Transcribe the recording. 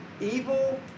evil